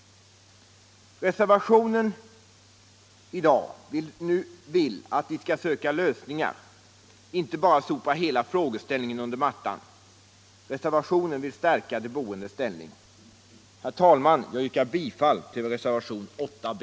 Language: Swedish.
Reservationen vill att vi skall söka lösningar. Inte bara sopa hela frågeställningen under mattan. Reservationen vill stärka de boendes ställning. Herr talman! Jag yrkar bifall till reservationen 8 b.